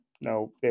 No